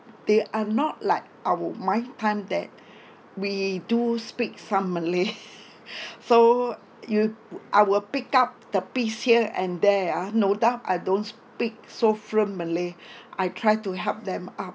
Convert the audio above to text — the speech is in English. they are not like our my time that we do speak some malay so you I will pick up the piece here and there uh no doubt I don't speak so fluent malay I try to help them up